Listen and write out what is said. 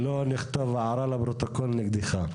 שלא נכתוב הערה לפרוטוקול נגדך.